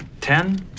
Ten